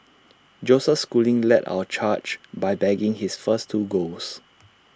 Joseph schooling led our charge by bagging his first two golds